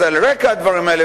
אז על רקע הדברים האלה,